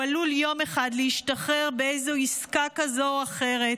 הוא עלול יום אחד להשתחרר באיזו עסקה כזאת או אחרת